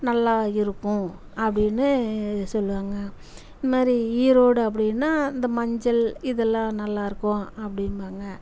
நல்லா இருக்கும் அப்படின்னு சொல்லுவாங்க இதுமாதிரி ஈரோடு அப்படின்னா இந்த மஞ்சள் இதெல்லாம் நல்லா இருக்கும் அப்படின்பாங்க